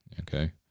Okay